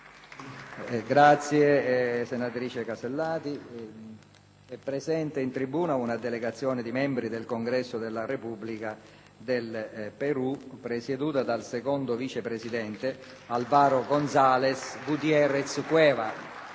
apre una nuova finestra"). È presente in tribuna una delegazione di membri del Congresso della Repubblica del Perù, presieduta dal secondo vice presidente Alvaro Gonzalo Gutiérrez Cueva.